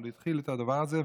אבל הוא התחיל את הדבר הזה,